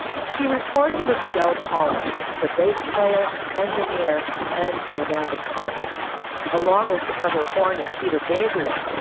she recorded with del palma her bass player engineer and romantic partner along with trevor horn of peter gabriel.